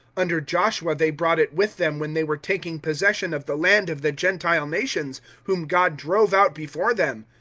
under joshua they brought it with them when they were taking possession of the land of the gentile nations, whom god drove out before them.